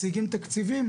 משיגים תקציבים,